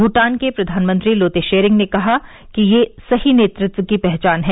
भूटान के प्रधानमंत्री लोते शेरिंग ने कहा कि यह सही नेतृत्व की पहचान है